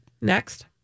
Next